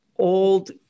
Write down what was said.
old